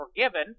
forgiven